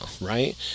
right